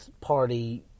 party